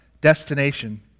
destination